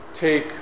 take